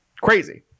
Crazy